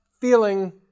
feeling